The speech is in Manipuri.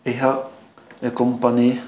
ꯑꯩꯍꯥꯛ ꯑꯦꯀꯣꯝꯄꯅꯤ